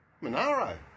Monaro